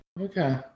Okay